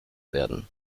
werden